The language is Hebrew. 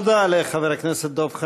תודה לחבר הכנסת דב חנין.